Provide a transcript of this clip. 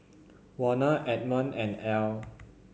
Warner Edmond and Ell